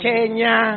Kenya